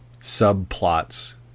subplots